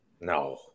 No